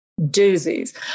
doozies